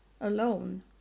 alone